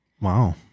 wow